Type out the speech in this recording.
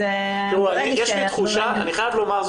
אז --- אני חייב לומר,